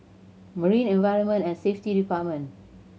Marine Environment and Safety Department